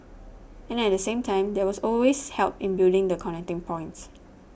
and at the same time there was always help in building the connecting points